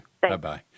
Bye-bye